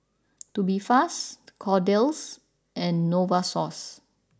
Tubifast Kordel's and Novosource